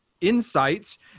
Insights